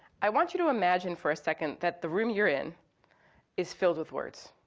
i want you to imagine for a second that the room you're in is filled with words,